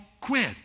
quit